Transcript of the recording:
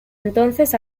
entonces